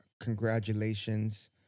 congratulations